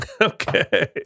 Okay